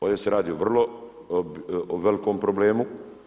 Ovdje se radi o vrlo velikom problemu.